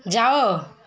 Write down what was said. ଯାଅ